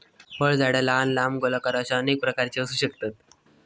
फळझाडा लहान, लांब, गोलाकार अश्या अनेक प्रकारची असू शकतत